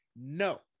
no